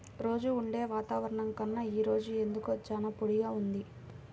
రోజూ ఉండే వాతావరణం కన్నా ఈ రోజు ఎందుకో చాలా పొడిగా ఉంది